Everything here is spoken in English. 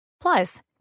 Plus